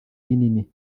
rinini